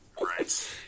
Right